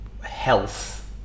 health